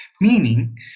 Meaning